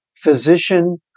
physician